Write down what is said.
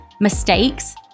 mistakes